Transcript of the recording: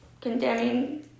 condemning